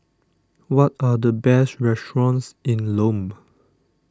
what are the best restaurants in Lome